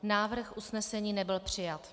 Návrh usnesení nebyl přijat.